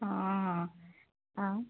ହଁ ଆଉ